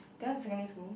that one is secondary school